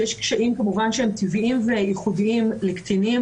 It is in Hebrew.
שיש קשיים טבעיים וייחודיים לקטינים,